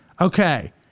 okay